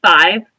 five